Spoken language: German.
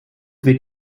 wird